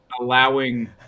allowing